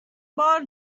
بار